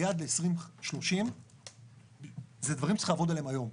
היעד ל-2030 זה דברים שצריך לעבוד עליהם היום,